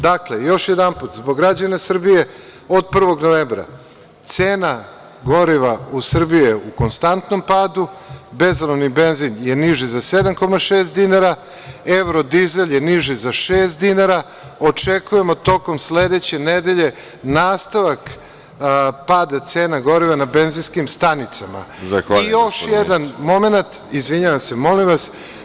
Dakle, još jedanput, zbog građana Srbije, od 1. novembra cena goriva u Srbiji je u konstantnom padu, bezolovni benzin je niži za 7,6 dinara, evro dizel je niži za 6 dinara, očekujemo tokom sledeće nedelje nastavak pada cena goriva na benzinskim stanicama. (Predsedavajući: Zahvaljujem, ministre.) I još jedan momenat, izvinjavam se, molim vas.